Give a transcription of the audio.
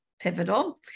Pivotal